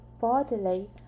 bodily